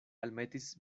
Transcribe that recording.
almetis